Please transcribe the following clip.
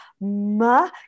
ma